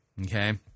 okay